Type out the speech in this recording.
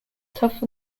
tough